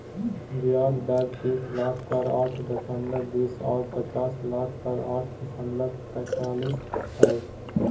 ब्याज दर तीस लाख पर आठ दशमलब बीस और पचास लाख पर आठ दशमलब पैतालीस हइ